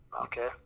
Okay